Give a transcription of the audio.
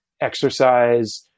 exercise